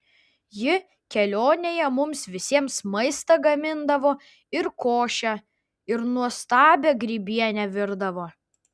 ji kelionėje mums visiems maistą gamindavo ir košę ir nuostabią grybienę virdavo